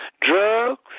drugs